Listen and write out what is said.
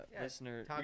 listener